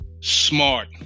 smart